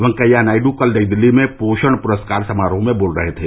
वेंकैया नायडू कल नई दिल्ली में पोषण पुरस्कार समार्राह में बोल रहे थे